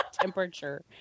temperature